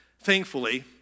thankfully